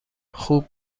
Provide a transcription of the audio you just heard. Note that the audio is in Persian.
خوب